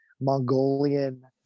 Mongolian